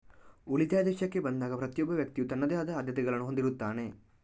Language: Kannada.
ಉಳಿತಾಯದ ವಿಷಯಕ್ಕೆ ಬಂದಾಗ ಪ್ರತಿಯೊಬ್ಬ ವ್ಯಕ್ತಿಯು ತನ್ನದೇ ಆದ ಆದ್ಯತೆಗಳನ್ನು ಹೊಂದಿರುತ್ತಾನೆ